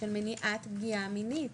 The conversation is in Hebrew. של מניעת פגיעה מינית.